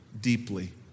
deeply